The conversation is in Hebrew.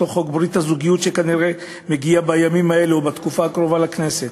אותו חוק ברית הזוגיות שכנראה מגיע בימים האלה או בתקופה הקרובה לכנסת,